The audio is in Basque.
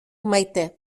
maite